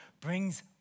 brings